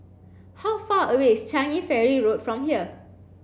how far away is Changi Ferry Road from here